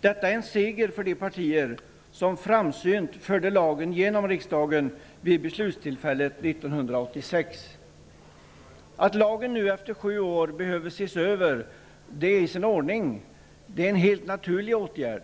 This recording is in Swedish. Detta är en seger för de partier som framsynt förde lagen genom riksdagen vid beslutstillfället Att lagen nu efter sju år behöver ses över är i sin ordning; det är en helt naturlig åtgärd.